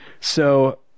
So-